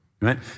right